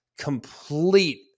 complete